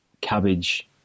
cabbage